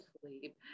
sleep